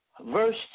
verse